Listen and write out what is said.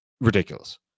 ridiculous